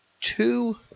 two